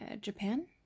Japan